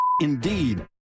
Indeed